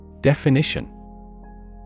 Definition